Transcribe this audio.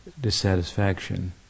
dissatisfaction